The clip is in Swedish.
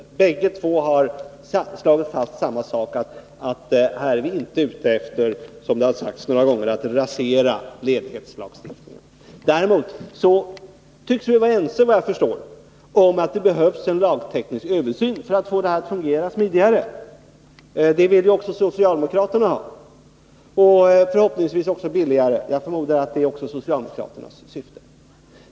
I bägge formuleringarna har man slagit fast samma sak, att vi inte är ute efter — som det har sagts några gånger — att rasera ledighetslagstiftningen. Däremot tycks vi vad jag förstår vara ense om att det behövs en lagteknisk översyn för att få det hela att fungera smidigare — en sådan vill också socialdemokraterna ha. Förhoppningsvis kommer detta också att göra procedurerna billigare, och det förmodar jag även är socialdemokraternas syfte.